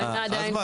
אושרה.